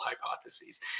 hypotheses